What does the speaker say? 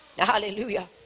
Hallelujah